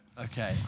Okay